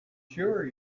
sure